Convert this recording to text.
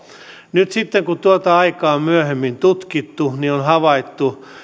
nyt sitten kun tuota aikaa on myöhemmin tutkittu on on havaittu